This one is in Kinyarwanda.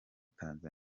tanzania